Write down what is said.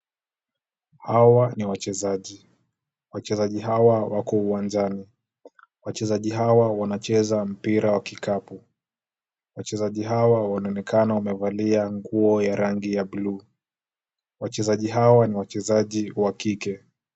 Hawa ni wachezaji. Wachezaji hawa wako uwanjani. Wachezaji hawa wanacheza mpira wa kikapu. Wachezaji hawa wanaonekana wamevalia nguo ya rangi ya buluu. Wachezaji hawa ni wachezaji wa kike.